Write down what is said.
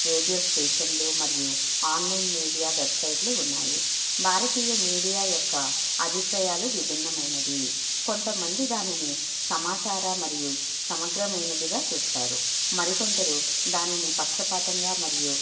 radio స్టేషన్లు మరియు online media వెబ్సైట్లు ఉన్నాయి భారతీయ మీడియా యొక్క అభిప్రాయాలు విభిన్నమైనవి కొంతమంది దానిని సమాచార మరియు సమగ్రమైనదిగా చూస్తారు మరికొందరు దానిని పక్షపాతంగా మరియు